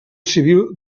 civil